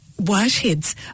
Whitehead's